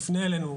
יפנה אלינו,